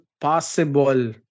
possible